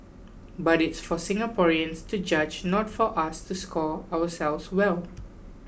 but it's for Singaporeans to judge not for us to score ourselves well